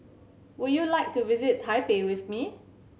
would you like to visit Taipei with me